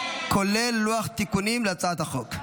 כולל לוח התיקונים להצעת החוק.